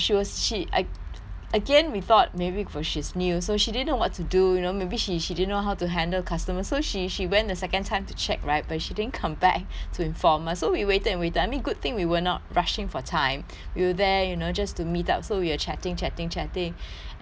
again we thought maybe because she's new so she didn't know what to do you know maybe she she didn't know how to handle customer so she she went the second time to check right but she didn't come back to inform us so we waited and we waited but I mean good thing we were not rushing for time we were there you know just to meet up so we are chatting chatting chatting and so time pass